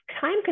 time